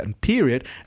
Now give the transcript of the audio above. period